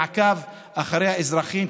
מעקב אחרי האזרחים,